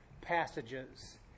passages